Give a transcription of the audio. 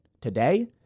Today